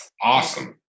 awesome